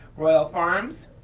royal farms,